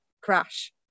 crash